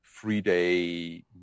three-day